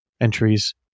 entries